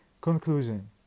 Conclusion